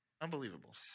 Unbelievable